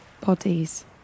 bodies